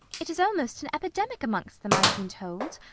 it is almost an epidemic amongst them, i have been told.